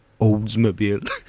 Oldsmobile